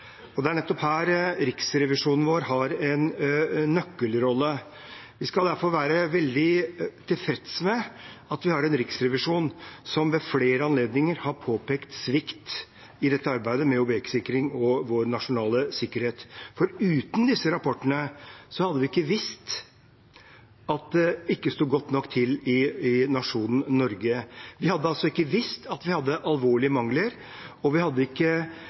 samhandlende. Det er nettopp her riksrevisjonen vår har en nøkkelrolle. Vi skal derfor være veldig tilfreds med at vi har en riksrevisjon som ved flere anledninger har påpekt svikt i arbeidet med objektsikring og vår nasjonale sikkerhet. For uten disse rapportene hadde vi ikke visst at det ikke sto godt nok til i nasjonen Norge. Vi hadde altså ikke visst at vi hadde alvorlige mangler, og vi hadde ikke